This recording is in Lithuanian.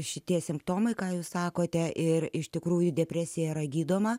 šitie simptomai ką jūs sakote ir iš tikrųjų depresija yra gydoma